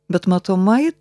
bet matomai